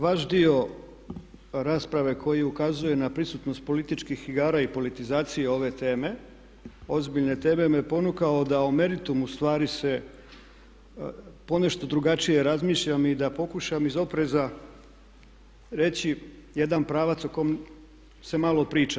Vaš dio rasprave koji ukazuje na prisutnost političkih igara i politizacije ove teme, ozbiljne teme me ponukao da o meritumu stvari se ponešto drugačije razmišljam i da pokušam iz opreza reći jedan pravac o kom se malo priča.